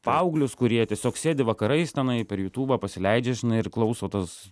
paauglius kurie tiesiog sėdi vakarais tenai per jutubą pasileidžia žinai ir klauso tas